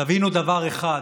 תבינו דבר אחד: